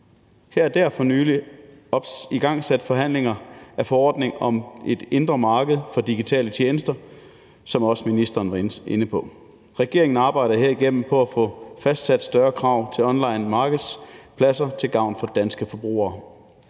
Her er der for nylig igangsat forhandlinger af forordningen om et indre marked for digitale tjenester, som også ministeren var inde på. Regeringen arbejder her igennem på at få fastsat større krav til online markedspladser til gavn for danske forbrugere.